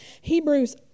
Hebrews